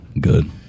Good